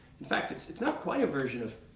in fact, it's it's not quite a version of